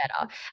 better